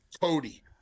Cody